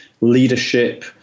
leadership